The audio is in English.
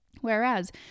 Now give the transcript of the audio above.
Whereas